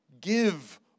give